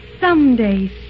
someday